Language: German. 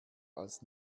als